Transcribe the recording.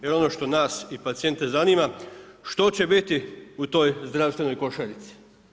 Jer ono što nas i pacijente zanima što će biti u toj zdravstvenoj košarici.